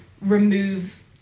remove